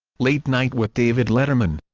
late night with david letterman